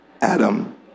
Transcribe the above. Adam